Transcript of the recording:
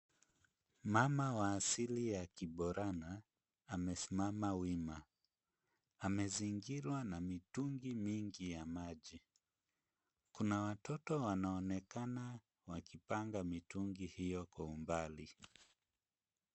Mama wa asili ya kiborana, amesimama wima, amezingirwa na mitungi mingi ya maji. Kuna watoto ambao wanaonekana wakipanga mitungi hiyo kwa umbali.